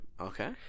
Okay